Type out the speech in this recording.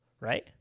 right